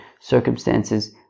circumstances